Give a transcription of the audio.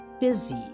busy